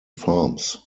farms